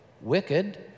wicked